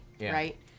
right